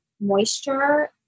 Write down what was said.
moisture